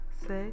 six